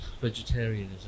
vegetarianism